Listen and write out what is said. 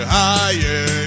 higher